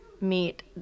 meet